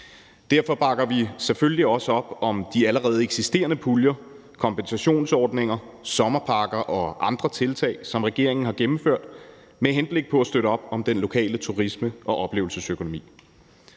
Derfor bakker vi selvfølgelig også op om de allerede eksisterende puljer, kompensationsordninger, sommerpakker og andre tiltag, som regeringen har gennemført med henblik på at støtte op om den lokale turisme- og oplevelsesøkonomi.